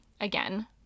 again